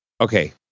Okay